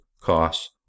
costs